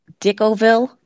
Dickoville